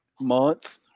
month